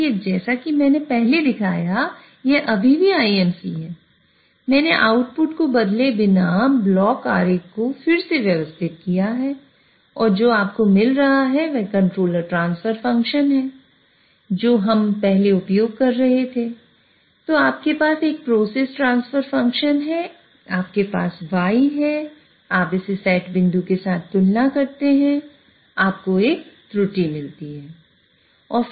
इसलिए जैसा कि मैंने पहले दिखाया यह अभी भी IMC है मैंने आउटपुट को बदले बिना ब्लॉक आरेख को फिर से व्यवस्थित किया है और जो आपको मिल रहा है वह कंट्रोलर ट्रांसफर फ़ंक्शन मिलती है